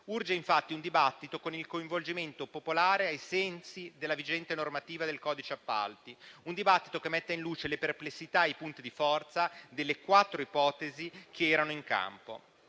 Urge infatti un dibattito con il coinvolgimento popolare ai sensi della vigente normativa del codice appalti che metta in luce le perplessità e i punti di forza delle quattro ipotesi che erano in campo.